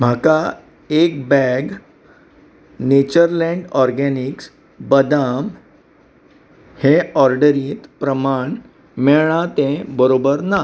म्हाका एक bag Natureland Organics बदाम हे ऑर्डरींत प्रमाण मेळ्ळां तें बरोबर ना